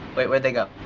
wait, where'd they go?